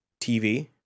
TV